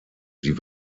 sie